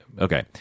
okay